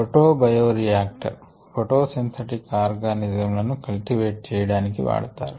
photo bioreactor photosynthetic organism లను cultivate చేయడానికి వాడతారు